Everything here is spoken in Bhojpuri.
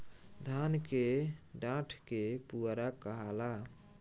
धान के डाठ के पुआरा कहाला